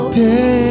day